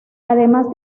además